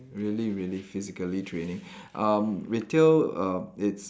really really physically draining um retail err it's